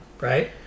right